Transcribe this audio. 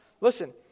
Listen